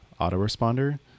autoresponder